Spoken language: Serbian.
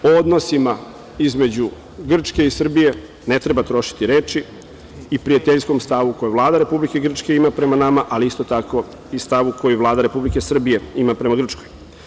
O odnosima između Grčke i Srbije, ne treba trošiti reči i prijateljskom stavu koji Vlada Republike Grčke ima prema nama ali isto tako i stavu koji Vlada Republike Srbije ima prema Grčkoj.